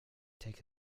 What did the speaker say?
take